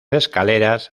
escaleras